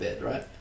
Right